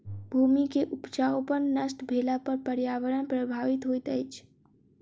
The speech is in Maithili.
भूमि के उपजाऊपन नष्ट भेला पर पर्यावरण प्रभावित होइत अछि